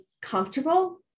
comfortable